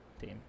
team